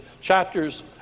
chapters